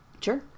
Sure